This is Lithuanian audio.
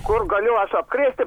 kur galiu aš apkrėsti